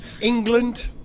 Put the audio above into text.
England